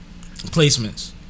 placements